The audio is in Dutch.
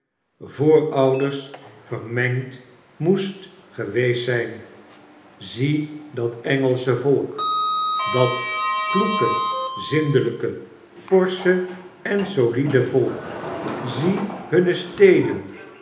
voorouders vermengd moest geweest zp zie dat eagelsche volk dat kloeke zindelpe forsche en solide volk zie hunne steden